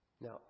Now